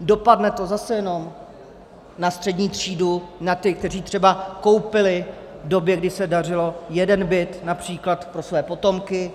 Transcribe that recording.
Dopadne to zase jenom na střední třídu, na ty, kteří třeba koupili v době, kdy se dařilo, jeden byt například pro své potomky